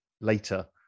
later